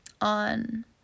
on